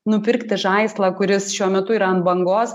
nupirkti žaislą kuris šiuo metu yra ant bangos